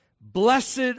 Blessed